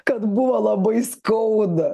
kad buvo labai skauda